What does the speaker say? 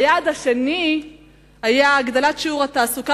היעד השני היה הגדלת שיעור התעסוקה